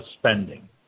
spending